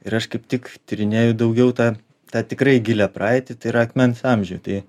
ir aš kaip tik tyrinėju daugiau tą tą tikrai gilią praeitį tai yra akmens amžių tai